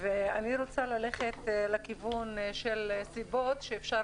ואני רוצה ללכת לכיוון של הסיבות שאפשר